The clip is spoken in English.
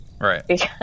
Right